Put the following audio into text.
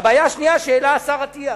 והבעיה השנייה שהעלה השר אטיאס.